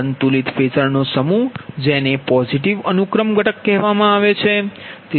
અને સંતુલિત ફેઝર નો આ સમૂહ જેને પોઝીટિવ અનુક્રમ ઘટક કહેવામાં આવે છે